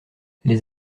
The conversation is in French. les